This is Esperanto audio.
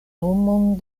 nomon